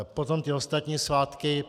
Potom ty ostatní svátky.